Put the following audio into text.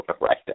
right